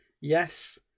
yes